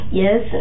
yes